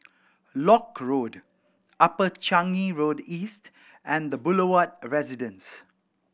Lock Road Upper Changi Road East and The Boulevard Residence